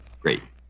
great